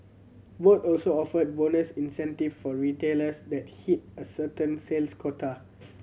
both also offered bonus incentive for retailers that hit a certain sales quota